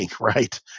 right